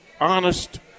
honest